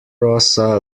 rosa